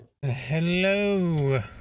Hello